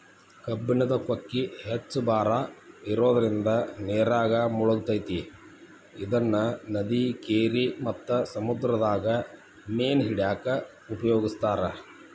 ಕಬ್ಬಣದ ಕೊಕ್ಕಿ ಹೆಚ್ಚ್ ಭಾರ ಇರೋದ್ರಿಂದ ನೇರಾಗ ಮುಳಗತೆತಿ ಇದನ್ನ ನದಿ, ಕೆರಿ ಮತ್ತ ಸಮುದ್ರದಾಗ ಮೇನ ಹಿಡ್ಯಾಕ ಉಪಯೋಗಿಸ್ತಾರ